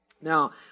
Now